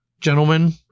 gentlemen